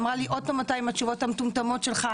אמרה לי: עוד פעם אתה עם התשובות המטומטמות שלך,